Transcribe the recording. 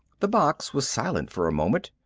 the box was silent for a moment.